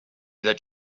that